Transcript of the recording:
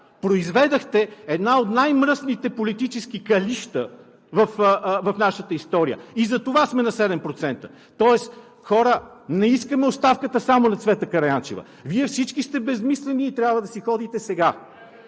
Произведохте една от най-мръсните политически кáлища в нашата история. Затова сме на 7%! Тоест, хора, не искаме оставката само на Цвета Караянчева, Вие всички сте безсмислени и трябва да си ходите сега!